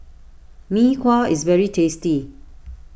Mee Kuah is very tasty